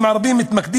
כבוד היושב-ראש,